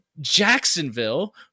Jacksonville